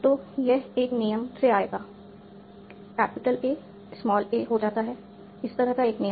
तो यह एक नियम से आएगा कैपिटल A स्मॉल a को जाता है इस तरह का एक नियम